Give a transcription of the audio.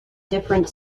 different